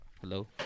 hello